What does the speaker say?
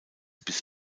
bis